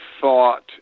thought